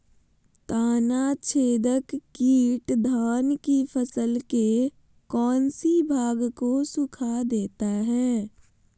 तनाछदेक किट धान की फसल के कौन सी भाग को सुखा देता है?